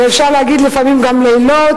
ואפשר להגיד לפעמים גם לילות,